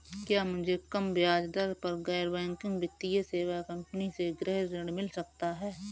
क्या मुझे कम ब्याज दर पर गैर बैंकिंग वित्तीय सेवा कंपनी से गृह ऋण मिल सकता है?